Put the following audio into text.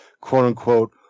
quote-unquote